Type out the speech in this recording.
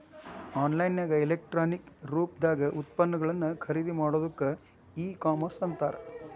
on line ನ್ಯಾಗ electronic ರೂಪ್ದಾಗ್ ಉತ್ಪನ್ನಗಳನ್ನ ಖರಿದಿಮಾಡೊದಕ್ಕ ಇ ಕಾಮರ್ಸ್ ಅಂತಾರ